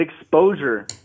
exposure